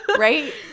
Right